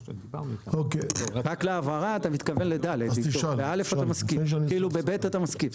רק להבהרה, אתה מתכוון ל-(ד), ב-(ב) אתה מסכים?